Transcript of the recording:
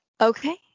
Okay